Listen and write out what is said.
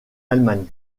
allemagne